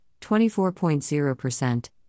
24.0%